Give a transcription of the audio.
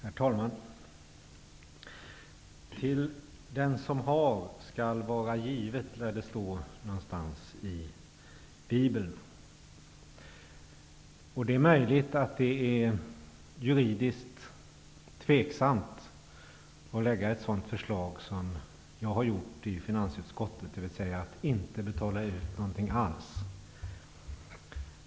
Herr talman! ''Till den som har skall vara givet'', lär det stå någonstans i Bibeln. Det är möjligt att det är juridiskt tveksamt att lägga fram ett sådant förslag som jag har lagt fram i finansutskottet, dvs. att inte betala ut någonting alls.